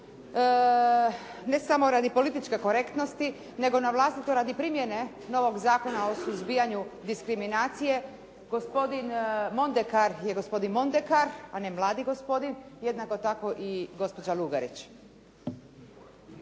ne samo radi političke korektnosti nego na vlastito radi primjene novog Zakona o suzbijanju diskriminacije. Gospodin Mondekar je gospodin Mondekar, on je mladi gospodin. Jednako tako i gospođa Lugarić.